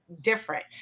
different